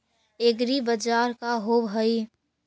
एग्रीबाजार का होव हइ?